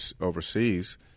overseas